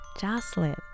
Jocelyn